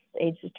ages